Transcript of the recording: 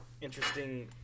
interesting